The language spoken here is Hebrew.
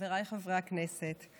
חבריי חברי הכנסת,